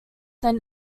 than